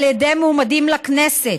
על ידי מועמדים לכנסת.